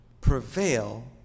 prevail